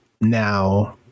Now